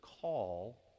call